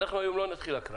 היום לא נתחיל הקראה.